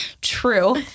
true